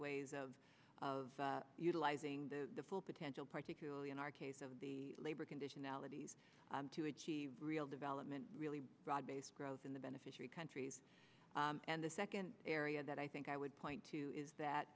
ways of of utilizing the full potential particularly in our case of the labor conditionalities to achieve real development really broad based growth in the beneficiary countries and the second area that i think i would point to is that